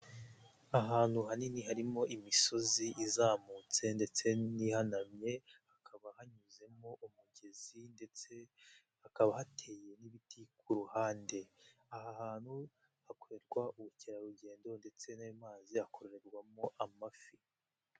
Ahantu hanini harimo imisozi izamutse ndetse n'ihanamye, hakaba hanyuzemo umugezi ndetse hakaba hateye n'ibiti ,ku ruhande aha hantu hakorerwa ubukerarugendo ndetse n'a mazi yororerwamo amafi.